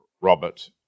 Robert